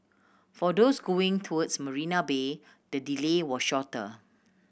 for those going towards Marina Bay the delay was shorter